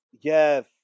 Yes